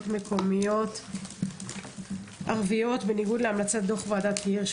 מקומיות ערביות בניגוד להמלצות דו"ח ועדת הירש,